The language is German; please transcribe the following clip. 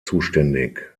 zuständig